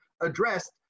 addressed